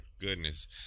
goodness